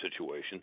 situation